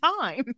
time